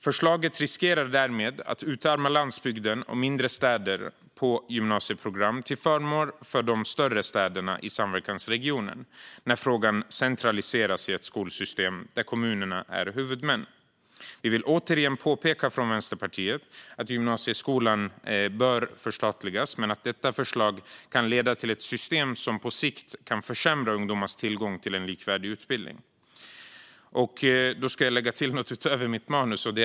Förslaget riskerar därmed att utarma landsbygden och mindre städer på gymnasieprogram till förmån för de större städerna i samverkansregionen när frågan centraliseras i ett skolsystem där kommunerna är huvudmän. Vänsterpartiet vill återigen påpeka att gymnasieskolan bör förstatligas men att detta förslag kan leda till ett system som på sikt försämrar ungdomars tillgång till en likvärdig utbildning. Här ska jag lägga till något utöver mitt manus.